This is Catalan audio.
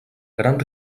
gran